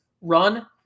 run